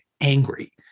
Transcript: angry